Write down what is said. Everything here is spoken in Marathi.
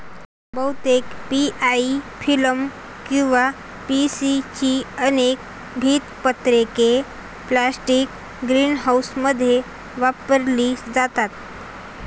बहुतेक पी.ई फिल्म किंवा पी.सी ची अनेक भिंत पत्रके प्लास्टिक ग्रीनहाऊसमध्ये वापरली जातात